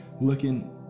looking